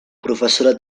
professora